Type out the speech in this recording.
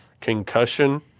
Concussion